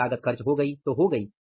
यह लागत खर्च हो गई तो हो गई